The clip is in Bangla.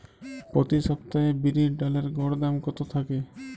প্রতি সপ্তাহে বিরির ডালের গড় দাম কত থাকে?